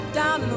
down